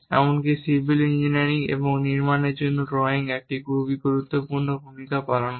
এমনকি civil engineering এবং নির্মাণের জন্য ড্রয়িং একটি গুরুত্বপূর্ণ ভূমিকা পালন করে